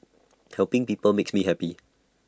helping people makes me happy